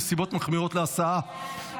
נסיבות מחמירות להסעה,